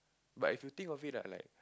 but if you think of it lah like